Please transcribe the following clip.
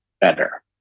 better